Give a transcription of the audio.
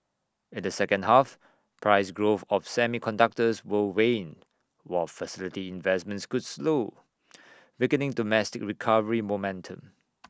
in the second half price growth of semiconductors will wane while facility investments could slow weakening domestic recovery momentum